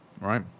Right